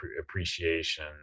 appreciation